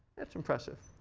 that's impressive.